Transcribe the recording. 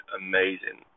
amazing